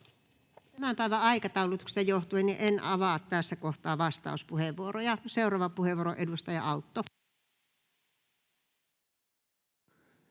Tämän päivän aikataulutuksesta johtuen en avaa tässä kohdassa vastauspuheenvuoroja. — Seuraava puheenvuoro, edustaja Autto.